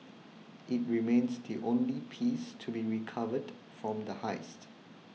it remains the only piece to be recovered from the heist